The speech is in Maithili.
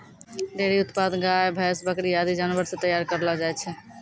डेयरी उत्पाद गाय, भैंस, बकरी आदि जानवर सें तैयार करलो जाय छै